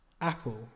Apple